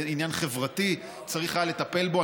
זה עניין חברתי, צריך היה לטפל בו.